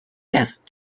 best